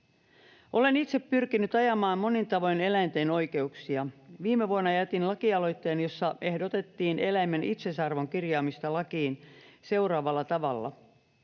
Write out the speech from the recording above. Olen itse pyrkinyt monin tavoin ajamaan eläinten oikeuksia. Viime vuonna jätin laki-aloitteen, jossa ehdotettiin eläimen itseisarvon kirjaamista lakiin seuraavalla tavalla: